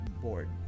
board